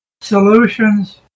solutions